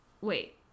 wait